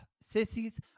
Sissies